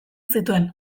zituen